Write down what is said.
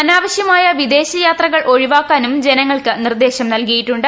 അനാവശ്യമായ വിദേശയാത്രകൾ ഒഴിവാക്കാനും ജനങ്ങൾക്ക് നിർദ്ദേശം നൽകിയിട്ടുണ്ട്